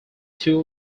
too